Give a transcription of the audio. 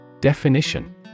Definition